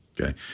Okay